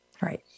Right